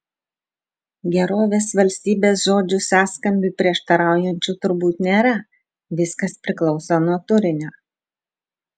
gerovės valstybės žodžių sąskambiui prieštaraujančių turbūt nėra viskas priklauso nuo turinio